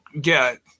get